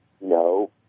no